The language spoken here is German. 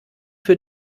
für